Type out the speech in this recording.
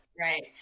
right